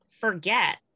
forget